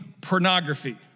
pornography